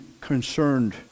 concerned